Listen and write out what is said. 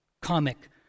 comic